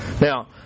Now